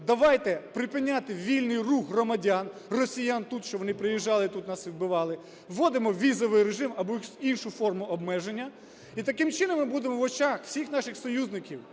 Давайте припиняти вільний рух громадян росіян тут, щоб вони не приїжджали і тут нас не вбивали. Вводимо візовий режим або іншу форму обмеження. І, таким чином, ми будемо в очах всіх наших союзників